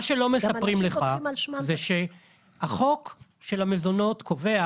מה שלא מספרים לך זה שהחוק של המזונות קובע